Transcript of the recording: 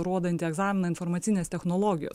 rodantį egzaminą informacinės technologijos